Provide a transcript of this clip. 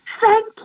Thank